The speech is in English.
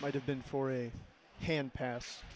might have been for a hand pass